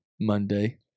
Monday